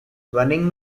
running